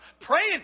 praying